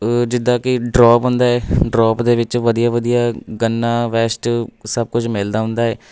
ਜਿੱਦਾਂ ਕਿ ਡਰੋਪ ਹੁੰਦਾ ਹੈ ਡਰੋਪ ਦੇ ਵਿੱਚ ਵਧੀਆ ਵਧੀਆ ਗੰਨਾਂ ਵੈੱਸਟ ਸਭ ਕੁਝ ਮਿਲਦਾ ਹੁੰਦਾ ਏ